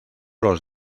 los